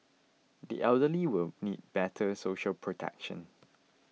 the elderly will need better social protection